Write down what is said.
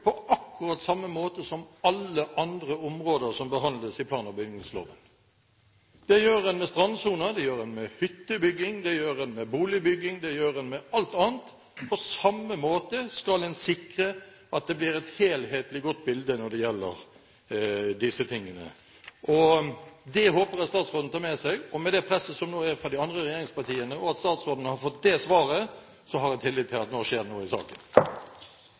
på akkurat samme måte som på alle andre områder som behandles etter plan- og bygningsloven. Det gjør en med strandsoner, det gjør en med hyttebygging, det gjør en med boligbygging – det gjør en med alt annet. På samme måte skal en sikre at det blir et helhetlig, godt bilde når det gjelder dette. Det håper jeg statsråden tar med seg. Med det presset som nå er fra de andre regjeringspartiene, og det at statsråden har fått dette svaret, har jeg tillit til at det nå skjer noe i saken.